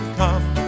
come